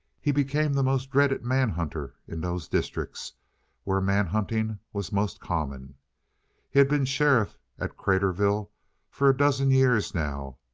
he became the most dreaded manhunter in those districts where manhunting was most common. he had been sheriff at craterville for a dozen years now,